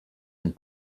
and